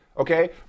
Okay